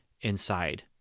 inside